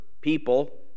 people